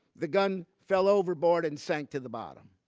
the gun fell overboard, and sank to the bottom.